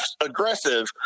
aggressive